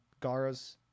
Garas